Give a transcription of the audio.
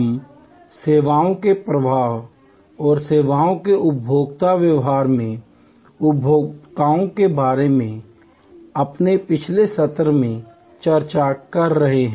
हम सेवाओं के प्रवाह और सेवाओं के उपभोक्ता व्यवहार में उपभोक्ताओं के बारे में अपने पिछले सत्र से चर्चा कर रहे हैं